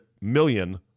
million